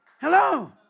Hello